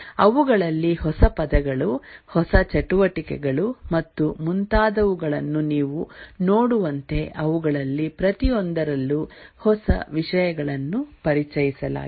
ಅವುಗಳಲ್ಲಿ ಹೊಸ ಪದಗಳು ಹೊಸ ಚಟುವಟಿಕೆಗಳು ಮತ್ತು ಮುಂತಾದವುಗಳನ್ನು ನೀವು ನೋಡುವಂತೆ ಅವುಗಳಲ್ಲಿ ಪ್ರತಿಯೊಂದರಲ್ಲೂ ಹೊಸ ವಿಷಯಗಳನ್ನು ಪರಿಚಯಿಸಲಾಗಿದೆ